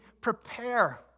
prepare